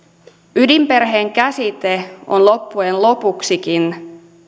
ydinperheen käsite on loppujen lopuksikin